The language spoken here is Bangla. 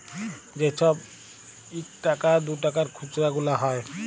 যে ছব ইকটাকা দুটাকার খুচরা গুলা হ্যয়